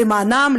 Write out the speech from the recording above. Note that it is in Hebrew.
למענם,